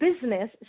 business